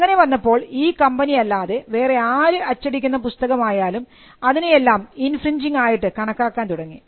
അങ്ങനെ വന്നപ്പോൾ ഈ കമ്പനി അല്ലാതെ വേറെ ആര് അച്ചടിക്കുന്ന പുസ്തകം ആയാലും അതിനെയെല്ലാം ഇൻഫ്രിഞ്ജിംഗ് ആയിട്ട് കണക്കാക്കാൻ തുടങ്ങി